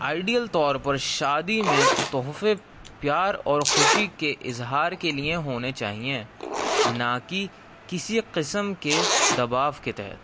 ideal طور پر شادی میں تحفے پیار اور خوشی کے اظہار کے لیے ہونے چاہئیں نہ کہ کسی قسم کے دباؤ کے تحت